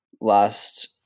last